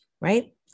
right